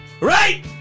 Right